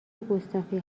گستاخی